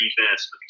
defense